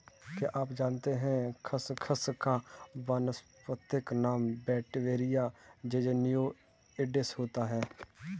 क्या आप जानते है खसखस का वानस्पतिक नाम वेटिवेरिया ज़िज़नियोइडिस होता है?